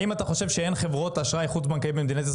האם אתה חושב שאין חברות אשראי חוץ-בנקאי במדינת ישראל,